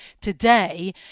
today